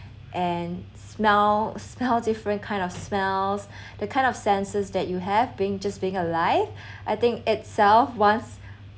and smell smell different kind of smells the kind of sensors that you have being just being alive I think itself once